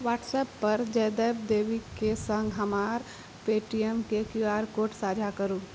WhatsApp पर जयदेव देवी के सङ्ग हमार पेटीएम के क्यू आर कोड साझा करू